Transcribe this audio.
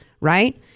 right